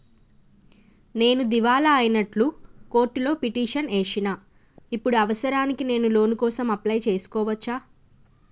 నేను దివాలా అయినట్లు కోర్టులో పిటిషన్ ఏశిన ఇప్పుడు అవసరానికి నేను లోన్ కోసం అప్లయ్ చేస్కోవచ్చా?